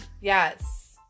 Yes